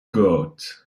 goat